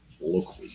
locally